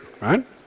right